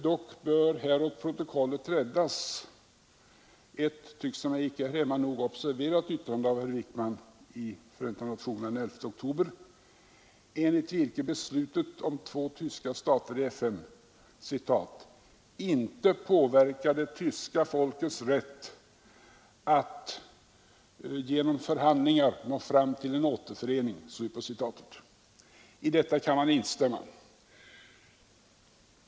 Dock bör här åt protokollet räddas ett — tycks det mig — icke här hemma nog observerat yttrande av herr Wickman i FN den 11 oktober enligt vilket beslutet om två tyska stater i FN ”inte påverkar det tyska folkets rätt att genom förhandlingar nå fram till en återförening”. I detta kan man instämma.